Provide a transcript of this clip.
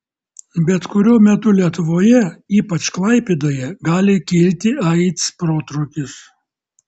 bet kuriuo metu lietuvoje ypač klaipėdoje gali kilti aids protrūkis